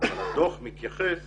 והדוח מתייחס